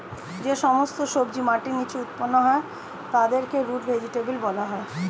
যে সমস্ত সবজি মাটির নিচে উৎপন্ন হয় তাদেরকে রুট ভেজিটেবল বলা হয়